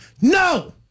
no